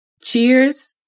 Cheers